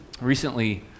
Recently